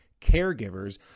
caregivers